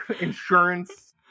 insurance